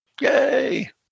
Yay